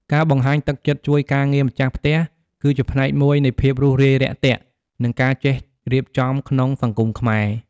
ការបង្ហាញទឹកចិត្តជួយការងារម្ចាស់ផ្ទះ គឺជាផ្នែកមួយនៃភាពរួសរាយរាក់ទាក់ និងការចេះរៀបចំក្នុងសង្គមខ្មែរ។